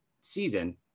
season